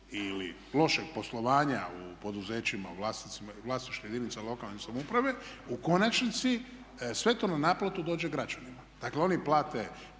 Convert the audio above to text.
ili lošeg poslovanja u poduzećima u vlasništvu jedinica lokalne samouprave u konačnici sve to na naplatu dođe građanima. Dakle oni plate